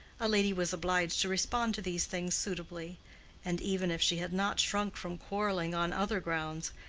a lady was obliged to respond to these things suitably and even if she had not shrunk from quarrelling on other grounds,